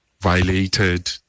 violated